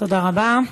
תודה רבה.